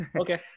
Okay